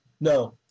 No